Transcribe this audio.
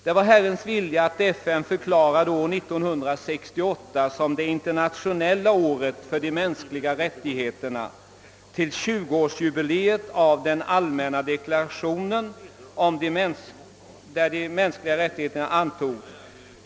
Det var Herrens vilja, att FN förklarade år 1968 såsom det internationella året för de mänskliga rättigheterna, till 20-årsjubileet av att den allmänna deklarationen om de mänskliga rättigheterna antogs.